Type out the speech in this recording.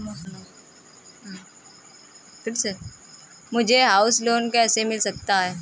मुझे house loan कैसे मिल सकता है?